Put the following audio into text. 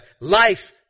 Life